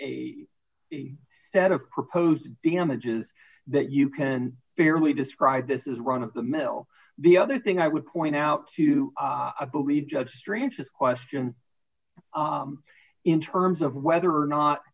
set of proposed damages that you can fairly describe this is run of the mill the other thing i would point out to i believe judge strange this question in terms of whether or